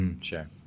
Sure